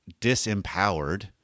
disempowered